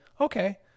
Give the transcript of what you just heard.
okay